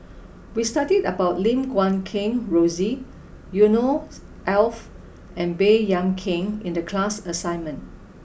we studied about Lim Guat Kheng Rosie Yusnor Ef and Baey Yam Keng in the class assignment